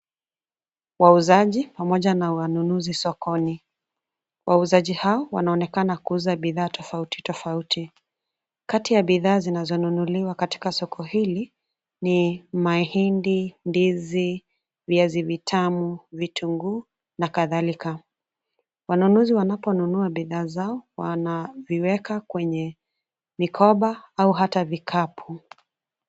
Wauzaji pamoja na wanunuzi sokoni, wauzaji hao wanaoneka kuuza bidhaa tofauti tofauti. Kati ya bidhaa zinazonunuliwa katika soko hili ni mahindi, ndizi, viazi vitamu, vitunguu nakadhalika. Wanunuzi wanaponunua bidhaa zao wanaviweka kwenye mikoba au hata vikapu.